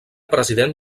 president